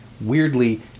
weirdly